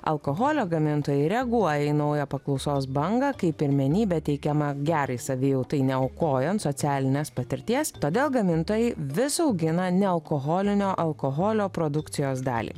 alkoholio gamintojai reaguoja į naują paklausos bangą kai pirmenybė teikiama gerai savijautai neaukojant socialinės patirties todėl gamintojai vis augina nealkoholinio alkoholio produkcijos dalį